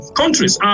countries